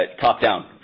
top-down